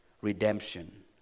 Redemption